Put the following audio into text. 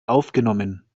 aufgenommen